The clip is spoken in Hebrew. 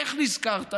איך נזכרת?